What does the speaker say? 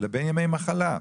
לבין ימי המחלה.